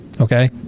okay